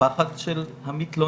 הפחד של המתלוננות